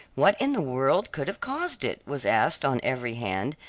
what in the world could have caused it? was asked on every hand,